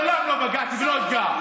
מעולם לא פגעתי ולא אפגע.